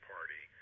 Party